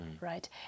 right